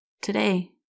Today